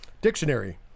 dictionary